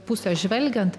pusės žvelgiant